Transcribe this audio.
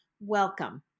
welcome